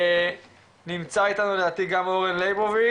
נעבור לעמרי פריש